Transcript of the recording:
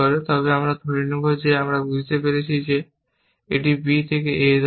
তবে আমরা ধরে নেব যে আমরা বুঝতে পেরেছি যে এটি b থেকে a হতে হবে